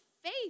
faith